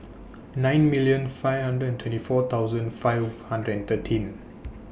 nine million five hundred and twenty four thousand five hundred and thirteen